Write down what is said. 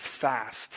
fast